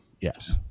yes